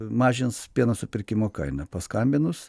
mažins pieno supirkimo kainą paskambinus